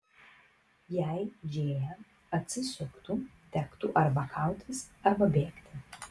jei džėja atsisuktų tektų arba kautis arba bėgti